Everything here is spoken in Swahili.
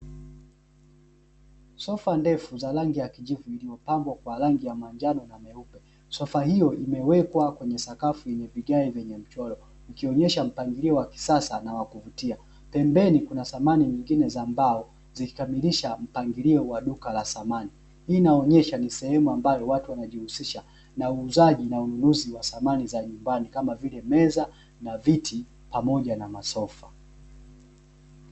Sofa ndefu za rangi ya kijivu iliyopambwa kwa rangi ya manjano na meupe, sofa hiyo imewekwa kwenye sakafu yenye vigae vyenye mchoro ukionyesha mpangilio wa kisasa na wa kuvutia, pembeni kuna samani nyingine za mbao zikikamilisha mpangilio wa duka la samani, hii inaonyesha ni sehemu ambayo watu wanajihusisha na uuzaji na ununuzi wa samani za nyumbani kama vile meza na viti pamoja na masofa.